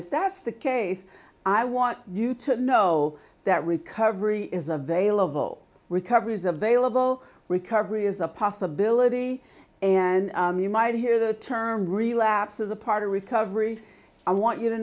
if that's the case i want you to know that recovery is available recovery is available recovery is a possibility and you might hear the term relapse is a part of recovery i want you to